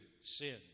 sin